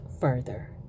further